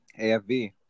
AFV